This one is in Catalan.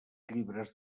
llibres